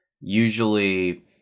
usually